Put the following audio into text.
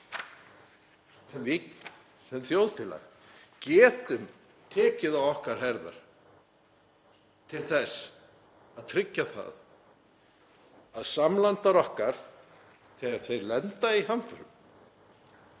sem við sem þjóðfélag getum tekið á okkar herðar til þess að tryggja það að samlandar okkar, þegar þeir lenda í hamförum,